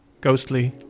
ghostly